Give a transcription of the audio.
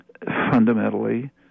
Fundamentally